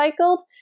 recycled